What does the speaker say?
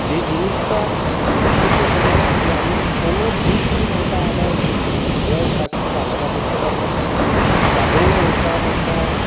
যে জিনিস্টা সব থেকে হলো যে আমি কোনো দিন ওটা আমার হৃদয়ের কাছ থেকে আলাদা করতে পারবো না দাদুর ওটার একটা